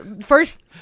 first